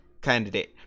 candidate